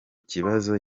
kibazo